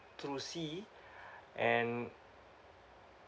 through sea and